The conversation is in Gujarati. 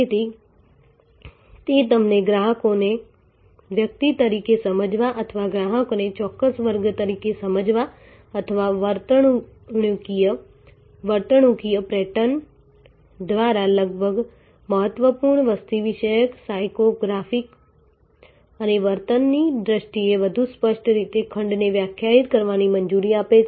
તેથી તે તમને ગ્રાહકોને વ્યક્તિ તરીકે સમજવા અથવા ગ્રાહકને ચોક્કસ વર્ગ તરીકે સમજવા અથવા વર્તણૂકીય પેટર્ન દ્વારા લગભગ મહત્વપૂર્ણ વસ્તી વિષયક સાયકો ગ્રાફિક્સ અને વર્તનની દ્રષ્ટિએ વધુ સ્પષ્ટ રીતે ખંડને વ્યાખ્યાયિત કરવાની મંજૂરી આપે છે